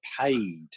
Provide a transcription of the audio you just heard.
paid